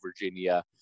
Virginia